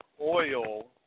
oil